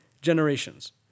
generations